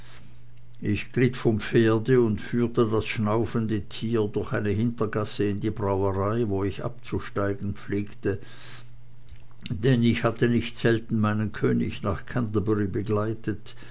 ich glitt vom pferde und führte das schnaufende tier durch eine hintergasse in die brauerei wo ich abzusteigen pflegte denn ich hatte nicht selten meinen könig nach canterbury begleitet